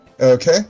Okay